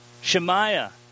Shemaiah